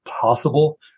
possible